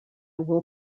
will